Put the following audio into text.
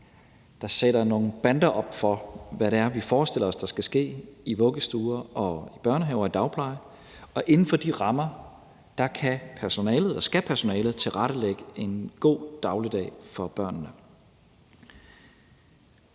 der sætter nogle bander op for, hvad det er, vi forestiller os, der skal ske i vuggestuer og børnehaver og i dagplejen, og inden for de rammer skal personalet tilrettelægge en god dagligdag for børnene.